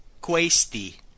questi